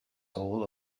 hall